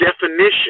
definition